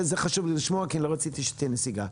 זה חשוב לי לשמוע, כי לא רציתי שתהיה נסיגה.